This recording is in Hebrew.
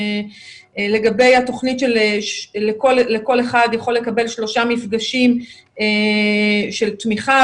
לגבי התכנית לכל אחד יכול לקבל שלושה מפגשים של תמיכה,